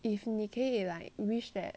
if 你可以 like wish that